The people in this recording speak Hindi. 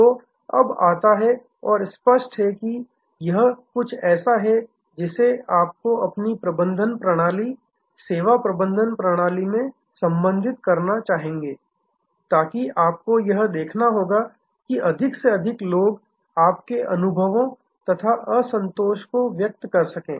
तो अब आता है और स्पष्ट है कियह कुछ ऐसा है जिसे आपको अपनी प्रबंधन प्रणाली सेवा प्रबंधन प्रणाली में संबोधित करना चाहेंगे ताकि आपको यह देखना होगा कि अधिक से अधिक लोग अपने अनुभवों तथा असंतोष को व्यक्त करें